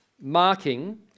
marking